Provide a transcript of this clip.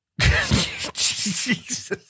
Jesus